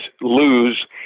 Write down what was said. lose